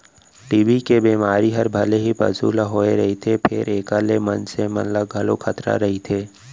TB के बेमारी हर भले ही पसु ल होए रथे फेर एकर ले मनसे मन ल घलौ खतरा रइथे